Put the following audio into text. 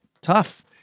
tough